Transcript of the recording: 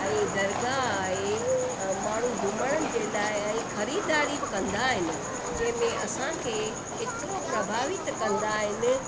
ऐं दरगाह आहे माण्हू घुमण जे लाइ ऐं ख़रीदारी बि कंदा आहिनि जंहिंमें असांखे एतिरो प्रभावित कंदा आहिनि